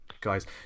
Guys